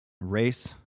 race